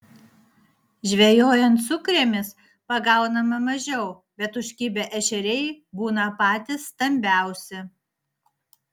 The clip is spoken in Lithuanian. žvejojant sukrėmis pagaunama mažiau bet užkibę ešeriai būna patys stambiausi